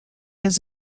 his